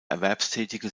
erwerbstätige